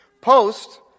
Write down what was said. Post